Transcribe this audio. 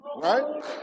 Right